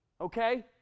okay